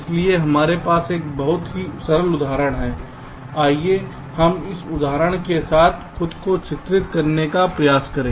इसलिए हमारे पास एक बहुत ही सरल उदाहरण है आइए हम इस उदाहरण के साथ खुद को चित्रित करने का प्रयास करें